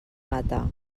gata